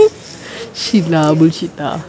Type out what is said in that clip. shit lah bullshit lah